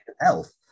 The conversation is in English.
health